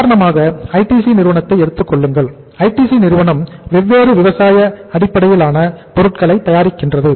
உதாரணமாக ஐடிசி நிறுவனத்தை எடுத்துக்கொள்ளுங்கள் ஐடிசி நிறுவனம் வெவ்வேறு விவசாய அடிப்படையிலான பொருட்களை தயாரிக்கின்றது